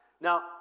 Now